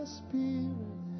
spirit